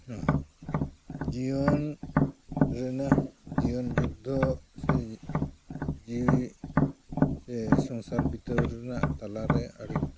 ᱦᱩᱸ ᱡᱤᱭᱚᱱ ᱨᱮᱱᱟᱜ ᱡᱤᱭᱚᱱ ᱡᱩᱫᱽᱫᱷᱚ ᱥᱮ ᱡᱤᱣᱤ ᱥᱮ ᱥᱚᱝᱥᱟᱨ ᱵᱤᱛᱟᱹᱣ ᱨᱱᱟᱜ ᱛᱟᱞᱟ ᱨᱮ ᱟᱹᱰᱤ ᱜᱚᱴᱟᱝ